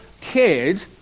kid